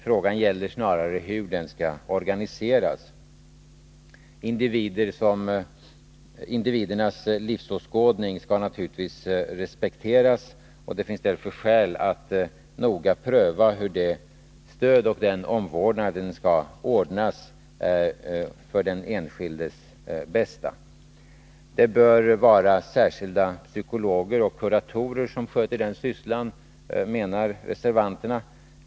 Frågan gäller snarare hur det skall organiseras. Individernas livsåskådning skall naturligtvis respekteras. Det finns därför skäl att noga pröva hur det stödet och den omvårdnaden skall ordnas för den enskildes bästa. Det bör vara särskilda psykologer och kuratorer som sköter den sysslan, menar vpk.